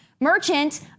merchant